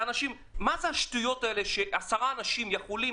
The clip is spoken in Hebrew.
מה זה השטויות האלה שעשרה אנשים יכולים